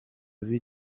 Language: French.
vie